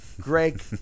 Greg